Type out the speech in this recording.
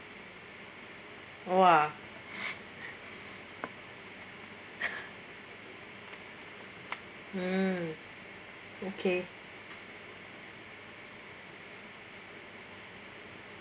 !wah! mm okay